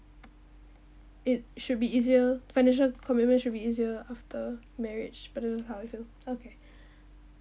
it should be easier financial commitment should be easier after marriage but that's how I feel okay